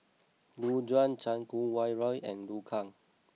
Gu Juan Chan Kum Wah Roy and Liu Kang